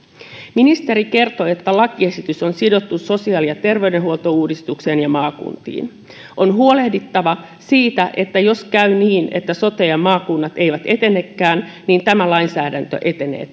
ministeri kertoi että lakiesitys on sidottu sosiaali ja terveydenhuoltouudistukseen ja maakuntiin on huolehdittava siitä että jos käy niin että sote ja maakunnat eivät etenekään tämä lainsäädäntö etenee